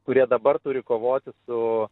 kurie dabar turi kovoti su